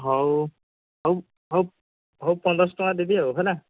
ହେଉ ହେଉ ହେଉ ହେଉ ପନ୍ଦରଶହ ଟଙ୍କା ଦେବି ଆଉ ହେଲା